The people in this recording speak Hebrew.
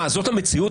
זאת המציאות?